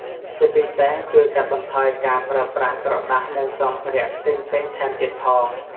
ជាពិសេស ជួយកាត់បន្ថយការប្រើប្រាស់ក្រដាសនិងសម្ភារៈផ្សេងៗ ថែមទៀតផង។